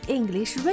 English